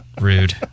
rude